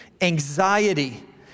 anxiety